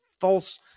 false